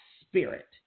spirit